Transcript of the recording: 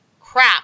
crap